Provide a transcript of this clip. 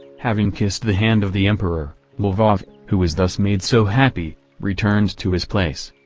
having kissed the hand of the emperor, lvov, who was thus made so happy, returned to his place.